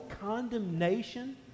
condemnation